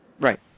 Right